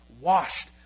washed